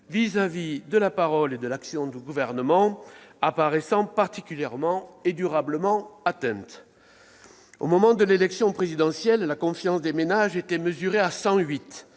à l'égard de la parole et de l'action du Gouvernement paraissant particulièrement et durablement atteintes. Au moment de l'élection présidentielle, la confiance des ménages était mesurée à un